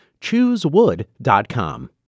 Choosewood.com